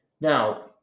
Now